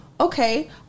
Okay